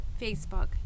Facebook